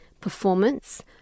performance